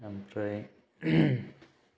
आमफ्राय